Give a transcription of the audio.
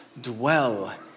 dwell